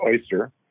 oyster